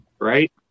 Right